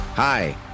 Hi